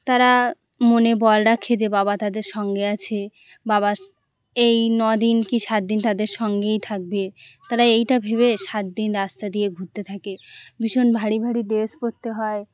তারা মনে বল রাখে যে বাবা তাদের সঙ্গে আছে বাবা এই ন দিন কি সাত দিন তাদের সঙ্গেই থাকবে তারা এইটা ভেবে সাত দিন রাস্তা দিয়ে ঘুরতে থাকে ভীষণ ভারি ভারি ড্রেস পড়তে হয়